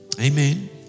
Amen